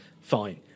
fine